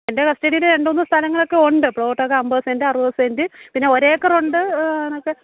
എന്റെ കസ്റ്റഡിയിൽ രണ്ട് മൂന്ന് സ്ഥലങ്ങൾ ഒക്കെ ഉണ്ട് പ്ലോട്ടൊക്കെ അമ്പത് സെന്റ് അറുപത് സെന്റ് പിന്നെ ഒരേക്കറുണ്ട്